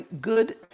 Good